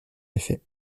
effet